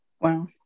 Wow